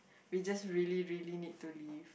we just really really need to leave